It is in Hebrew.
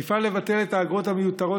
נפעל לבטל את האגרות המיותרות,